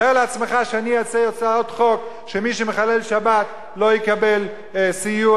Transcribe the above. תאר לעצמך שאני אעשה הצעות חוק שמי שמחלל שבת לא יקבל סיוע